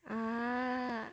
ah